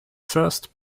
first